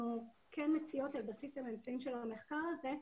אנחנו מציעות, על בסיס הממצאים של המחקר הזה,